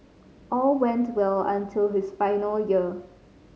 all went well until his final year